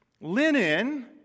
Linen